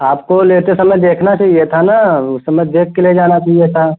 आपको लेते समय देखना चहिए था न उस समय देख कर ले जाना चहिए था